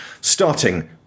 starting